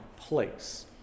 place